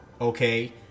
okay